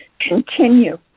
continue